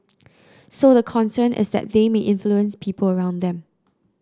so the concern is that they may influence people around them